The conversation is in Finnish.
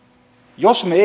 jos me